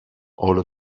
όλο